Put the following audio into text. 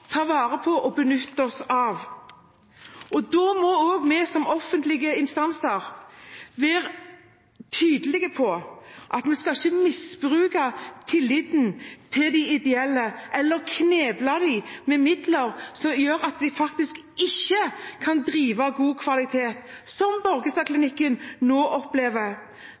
ta vare på og benytte oss av. Da må også vi som offentlig instans være tydelig på at vi ikke skal misbruke tilliten til de ideelle eller kneble dem med midler som gjør at de faktisk ikke kan drive med god kvalitet, som Borgestadklinikken nå opplever.